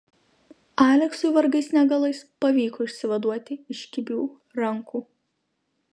aleksui vargais negalais pavyko išsivaduoti iš kibių rankų